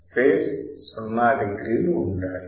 phase 0 డిగ్రీలు ఉండాలి